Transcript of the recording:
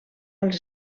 als